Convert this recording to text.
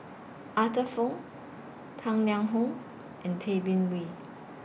Arthur Fong Tang Liang Hong and Tay Bin Wee